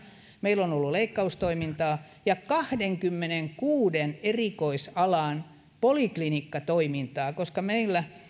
meillä on ollut leikkaustoimintaa ja kahdenkymmenenkuuden erikoisalan poliklinikkatoimintaa koska meillä